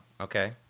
okay